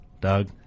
Doug